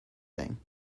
thing